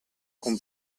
con